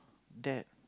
that